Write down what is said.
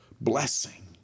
blessing